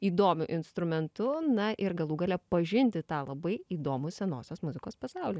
įdomiu instrumentu na ir galų gale pažinti tą labai įdomų senosios muzikos pasaulį